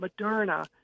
Moderna